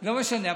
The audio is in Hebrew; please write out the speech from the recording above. לא משנה.